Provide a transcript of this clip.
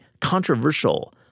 controversial